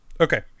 okay